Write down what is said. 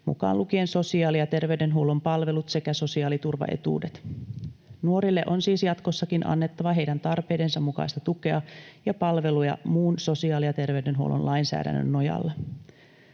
mukaan lukien sosiaali- ja terveydenhuollon palvelut sekä sosiaaliturvaetuudet. Nuorille on siis jatkossakin annettava heidän tarpeidensa mukaista tukea ja palveluja muun sosiaali- ja terveydenhuollon lainsäädännön nojalla.